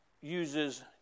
uses